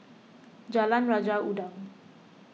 Jalan Raja Udang